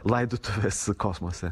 laidotuvės kosmose